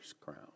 crown